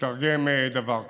לתרגם דבר כזה.